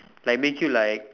like make you like